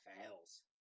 fails